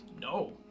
no